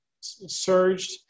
surged